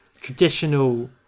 traditional